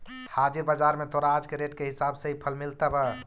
हाजिर बाजार में तोरा आज के रेट के हिसाब से ही फल मिलतवऽ